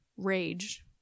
rage